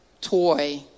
toy